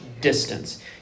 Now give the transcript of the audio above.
distance